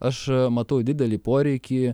aš matau didelį poreikį